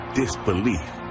disbelief